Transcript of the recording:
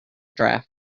draft